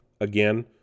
again